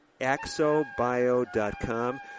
axobio.com